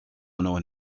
known